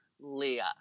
Leah